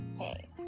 Okay